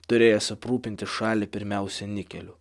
turėjęs aprūpinti šalį pirmiausia nikeliu